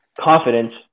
confidence